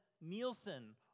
Nielsen